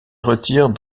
retire